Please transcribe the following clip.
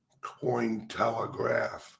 Cointelegraph